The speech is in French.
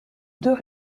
deux